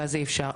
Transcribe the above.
ואז אי אפשר.